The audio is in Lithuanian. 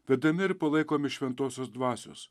vedami ir palaikomi šventosios dvasios